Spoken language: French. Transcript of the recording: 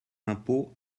impôts